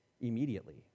immediately